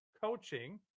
Coaching